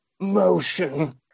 motion